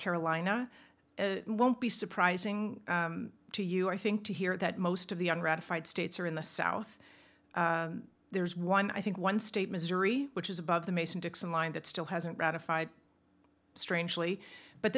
carolina it won't be surprising to you i think to hear that most of the un ratified states are in the south there's one i think one state missouri which is above the mason dixon line that still hasn't ratified strangely but